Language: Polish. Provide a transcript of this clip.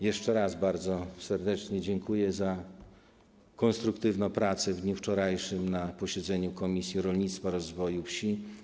Jeszcze raz bardzo serdecznie dziękuję za konstruktywną pracę w dniu wczorajszym na posiedzeniu Komisji Rolnictwa i Rozwoju Wsi.